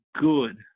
good